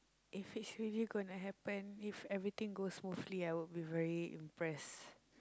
if it's really gonna happen if everything goes smoothly I will be very impressed